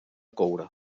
coure